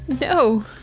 No